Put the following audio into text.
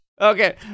Okay